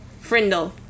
frindle